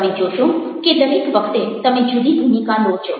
તમે જોશો કે દરેક વખતે તમે જુદી ભૂમિકા લો છો